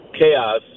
chaos